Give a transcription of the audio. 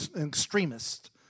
extremist